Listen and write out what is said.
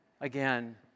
again